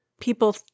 People